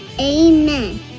Amen